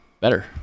better